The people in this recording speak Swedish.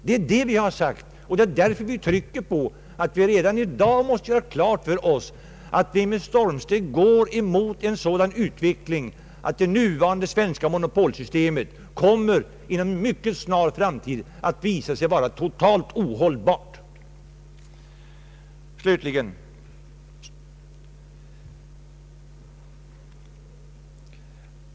Det är detta vi har sagt, och det är därför vi trycker på att vi redan i dag måste göra klart för oss att vi med stormsteg går mot en sådan utveckling att det nuvarande svenska monopolsystemet inom en mycket snar framtid kommer att visa sig vara totalt ohållbart.